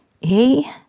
He